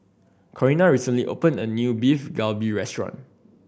Corrina recently opened a new Beef Galbi Restaurant